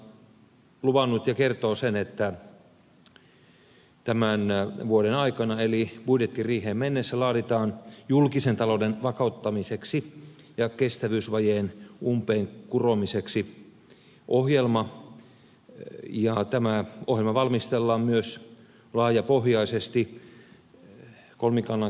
hallitushan on luvannut ja kertoo sen että tämän vuoden aikana eli budjettiriiheen mennessä laaditaan julkisen talouden vakauttamiseksi ja kestävyysvajeen umpeen kuromiseksi ohjelma ja tämä ohjelma valmistellaan myös laajapohjaisesti kolmikannankin kautta